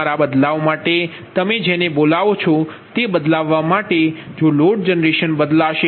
તમારા બદલાવ માટે તમે જેને બોલાવો છો તે બદલાવવા માટે જો લોડ જનરેશન બદલાશે